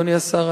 אדוני השר,